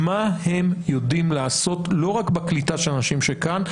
מה הם יודעים לעשות לא רק בקליטה של אנשים שכאן.